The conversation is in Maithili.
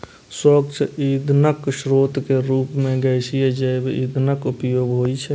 स्वच्छ ईंधनक स्रोत के रूप मे गैसीय जैव ईंधनक उपयोग होइ छै